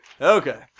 Okay